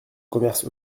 commerce